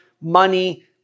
money